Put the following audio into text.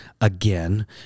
again